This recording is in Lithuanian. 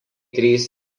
trys